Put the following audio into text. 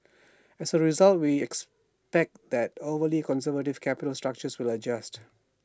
as A result we expect that overly conservative capital structures will adjust